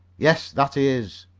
yes, that he is,